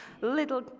little